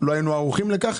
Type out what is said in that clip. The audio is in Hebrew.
לא היינו ערוכים לכך.